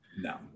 No